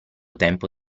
tempo